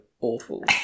awful